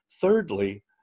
thirdly